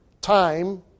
time